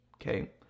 Okay